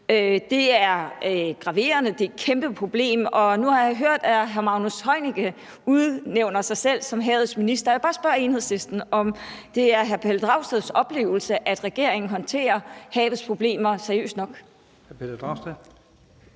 Det er graverende. Det er et kæmpe problem, og nu har jeg hørt, at hr. Magnus Heunicke udnævner sig selv til havets minister, og jeg vil bare spørge, om det er hr. Pelle Dragsteds oplevelse, at regeringen håndterer havets problemer seriøst nok.